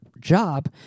job